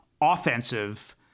offensive